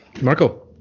Marco